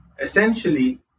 essentially